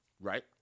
Right